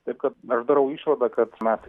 taip kad aš darau išvadą kad mes